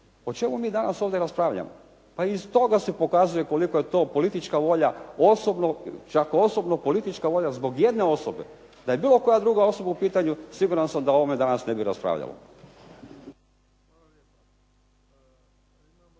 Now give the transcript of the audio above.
O čemu mi danas ovdje raspravljamo? Pa iz toga se pokazuje koliko je to politička volja, čak osobno politička volja zbog jedne osobe. Da je bilo koja druga osoba u pitanju, siguran sam da se o ovome danas ne bi raspravljalo.